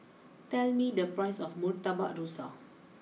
tell me the price of Murtabak Rusa